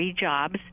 jobs